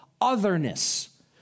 otherness